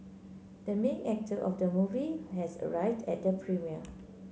the main actor of the movie has arrived at the premiere